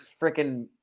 freaking